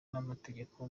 n’amategeko